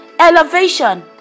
Elevation